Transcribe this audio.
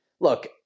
look